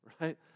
right